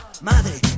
madre